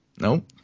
Nope